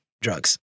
drugs